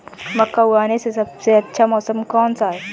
मक्का उगाने का सबसे अच्छा मौसम कौनसा है?